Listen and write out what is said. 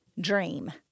dream